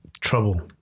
trouble